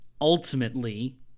ultimately